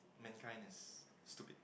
mankind is stupid